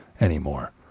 anymore